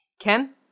Ken